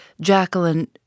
Jacqueline